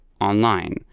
online